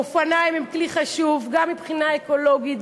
אופניים הם כלי חשוב גם מבחינה אקולוגית,